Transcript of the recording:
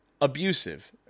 abusive